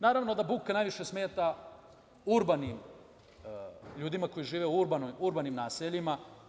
Naravno da buka najviše smeta ljudima koji žive u urbanim naseljima.